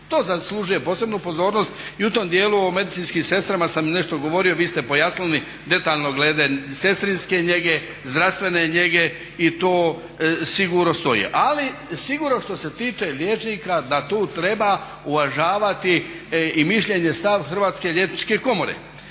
To zaslužuje posebnu pozornost i u tom dijelu o medicinskim sestrama sam nešto govorio, vi ste pojasnili detaljno glede sestrinske njege, zdravstvene njege i to sigurno stoji. Ali sigurno što se tiče liječnika da tu treba uvažavati i mišljenje, stav Hrvatske liječničke komore.